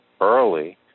early